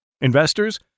Investors